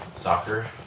Soccer